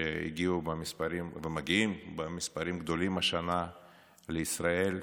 שמגיעים במספרים גדולים השנה לישראל,